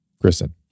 Kristen